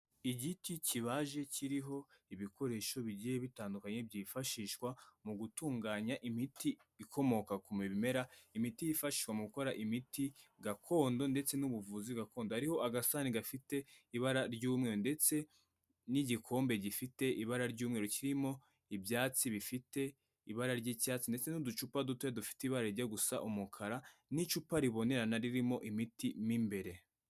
Igiti kibaje kiriho ibikoresho bigiye bitandukanye byifashishwa mu gutunganya imiti ikomoka ku bimera imiti yifashishwa mu gukora imiti gakondo ndetse n'ubuvuzi gakondo. Hariho agasahani gafite ibara ry'umweru ndetse n'igikombe gifite ibara ry'umweru kirimo ibyatsi bifite ibara ry'icyatsi ndetse n'uducupa duto dufite ibara rijya gusa umukara n'icupa ribonerana ririmo imiti mo imbere.